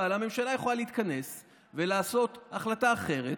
אבל הממשלה יכולה להתכנס ולקבל החלטה אחרת